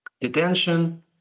detention